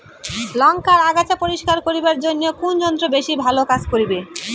লংকার আগাছা পরিস্কার করিবার জইন্যে কুন যন্ত্র বেশি ভালো কাজ করিবে?